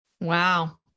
Wow